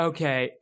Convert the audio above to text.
Okay